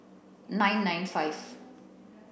nine nine five